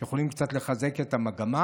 שיכולות קצת לחזק את המגמה.